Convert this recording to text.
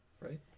right